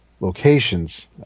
locations